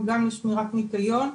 וגם לשמירת ניקיון,